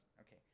okay